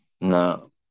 No